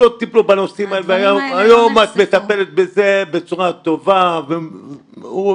שלא טיפלו בנושאים האלה והיום את מטפלת בזה בצורה טובה ומבורכת.